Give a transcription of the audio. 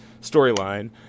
storyline